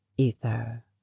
Ether